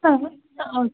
ആ ഓക്ക്